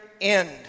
end